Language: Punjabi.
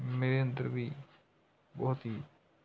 ਮੇਰੇ ਅੰਦਰ ਵੀ ਬਹੁਤ ਹੀ